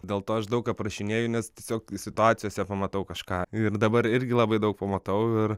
dėl to aš daug aprašinėju nes tiesiog situacijose pamatau kažką ir dabar irgi labai daug pamatau ir